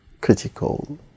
critical